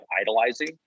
idolizing